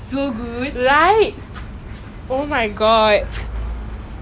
oh ya ya anirudh's father came I was like wait ah I've seen this fellow